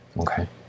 Okay